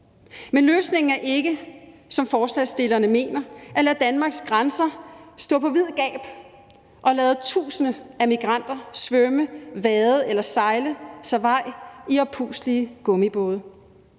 Men løsningen er ikke, som forslagsstillerne mener, at lade Danmarks grænser stå på vid gab og lade tusinder af migranter svømme, vade eller sejle sig vej i oppustelige gummibåde.